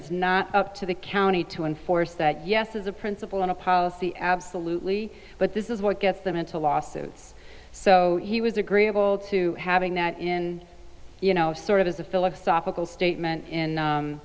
is not up to the county to enforce that yes as a principle in a policy absolutely but this is what gets them into lawsuits so he was agreeable to having that in you know sort of as a philosophical statement